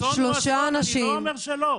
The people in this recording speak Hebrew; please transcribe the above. הוא אסון, אני לא אומר שלא.